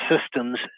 systems